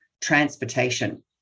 transportation